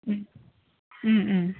ഉം മ് മ്